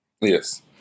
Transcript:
Yes